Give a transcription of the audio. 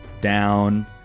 down